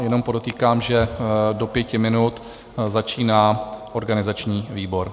A jenom podotýkám, že do pěti minut začíná organizační výbor.